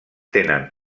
tenen